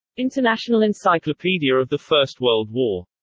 international encyclopedia of the first world war.